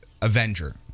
Avenger